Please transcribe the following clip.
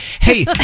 Hey